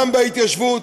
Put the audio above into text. גם בהתיישבות,